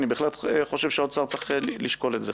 אני בהחלט חושב שהאוצר צריך לשקול זאת.